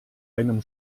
einem